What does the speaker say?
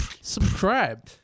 Subscribe